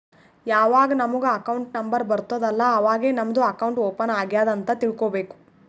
ಯಾವಾಗ್ ನಮುಗ್ account number ಬರ್ತುದ್ ಅಲ್ಲಾ ಅವಾಗೇ ನಮ್ದು ಅಕೌಂಟ್ ಓಪನ್ ಆಗ್ಯಾದ್ ಅಂತ್ ತಿಳ್ಕೋಬೇಕು